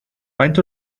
faint